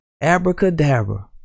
abracadabra